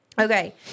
Okay